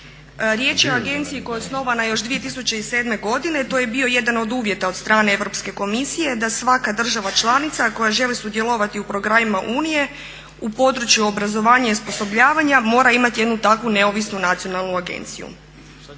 Riječ je o agenciji koja je osnovana još 2007. godine, to je bio jedan od uvjeta od strane Europske komisije da svaka država članica koja želi sudjelovati u programima Unije u području obrazovanja i osposobljavanja mora imati jednu takvu neovisnu nacionalnu agenciju.